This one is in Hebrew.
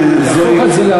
זוהי, לקיים